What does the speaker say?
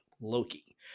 loki